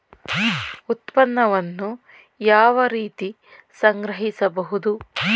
ಉತ್ಪನ್ನವನ್ನು ಯಾವ ರೀತಿ ಸಂಗ್ರಹಿಸಬಹುದು?